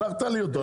שלחת לי אותו.